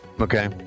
okay